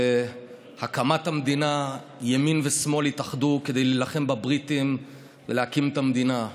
בהקמת המדינה ימין ושמאל התאחדו כדי להילחם בבריטים ולהקים את המדינה,